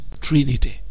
trinity